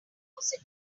whose